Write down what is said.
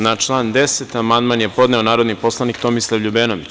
Na član 10. amandman je podneo narodni poslanik Tomislav Ljubenović.